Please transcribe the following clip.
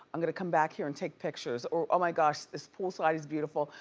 i'm gonna come back here and take pictures. or oh my gosh, this pool side is beautiful.